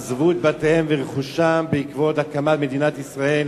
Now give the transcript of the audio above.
עזבו את בתיהם ורכושם בעקבות הקמת מדינת ישראל